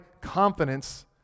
confidence